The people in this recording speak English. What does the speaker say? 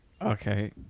Okay